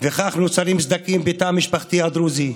וכך נוצרים סדקים בתא המשפחתי הדרוזי,